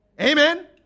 Amen